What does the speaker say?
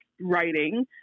writing